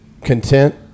content